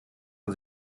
man